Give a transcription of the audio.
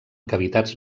cavitats